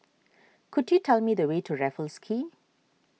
could you tell me the way to Raffles Quay